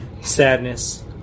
Sadness